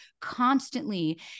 constantly